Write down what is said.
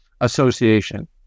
association